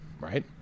Right